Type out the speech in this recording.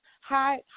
Hi